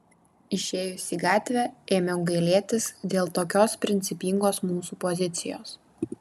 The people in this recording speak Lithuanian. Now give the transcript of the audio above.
išėjus į gatvę ėmiau gailėtis dėl tokios principingos mūsų pozicijos